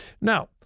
Now